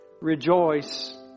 rejoice